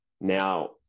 now